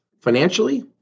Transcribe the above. financially